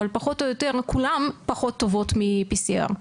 אבל פחות או יותר כולן פחות טובות מ-PCR.